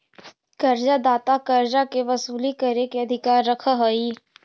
कर्जा दाता कर्जा के वसूली करे के अधिकार रखऽ हई